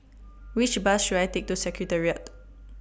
Which Bus should I Take to Secretariat